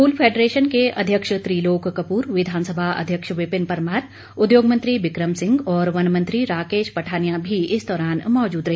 वूल federation के अध्यक्ष त्रिलोक कपूर विधानसभा अध्यक्ष विपिन परमार उद्योग मंत्री बिकम सिंह और वन मंत्री राकेश पठानिया भी इस दौरान मौजूद रहे